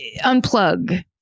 unplug